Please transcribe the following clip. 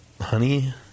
honey